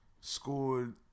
scored